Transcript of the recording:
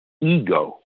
ego